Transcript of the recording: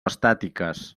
estàtiques